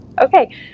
Okay